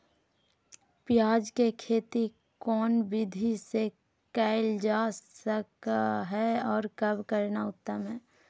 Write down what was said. प्याज के खेती कौन विधि से कैल जा है, और कब करना उत्तम है?